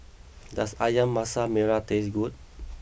does Ayam Masak Merah taste good